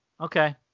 okay